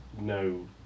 no